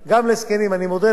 חבר הכנסת,